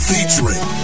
Featuring